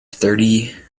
thirty